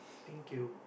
thank you